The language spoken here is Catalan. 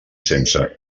sense